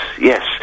yes